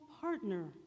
partner